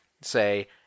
say